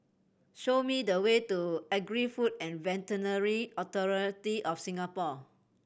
show me the way to Agri Food and Veterinary Authority of Singapore